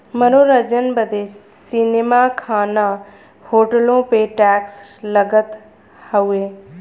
मनोरंजन बदे सीनेमा, खाना, होटलो पे टैक्स लगत हउए